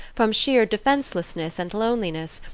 from sheer defencelessness and loneliness,